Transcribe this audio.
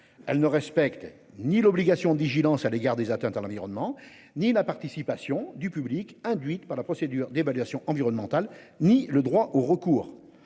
Elle ne respecte ni l'obligation d'Iggy lance à l'égard des atteintes à l'environnement ni la participation du public induite par la procédure d'évaluation environnementale, ni le droit au recours